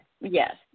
Yes